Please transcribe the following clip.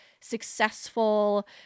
successful